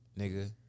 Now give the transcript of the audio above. nigga